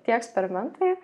tie eksperimentai